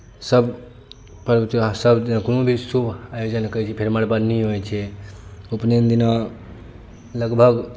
सभ पर्व त्यौहारसभ कोनो भी शुभ आयोजन करैत छी फेर मरबबन्ही होइत छै उपनयन दिना लगभग